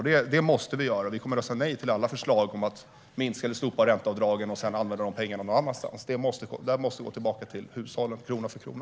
Detta måste göras. Vi kommer att rösta nej till alla förslag om att minska eller slopa ränteavdragen om dessa pengar ska användas någon annanstans. Dessa pengar måste gå tillbaka till hushållen, krona för krona.